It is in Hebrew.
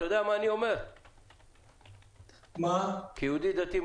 אתה יודע מה אני אומר כיהודי דתי?